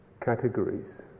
categories